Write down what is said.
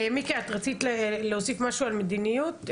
מיקה את רצית להוסיף משהו על מדיניות?